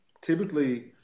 typically